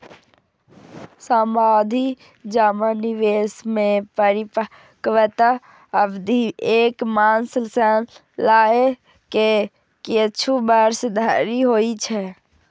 सावाधि जमा निवेश मे परिपक्वता अवधि एक मास सं लए के किछु वर्ष धरि होइ छै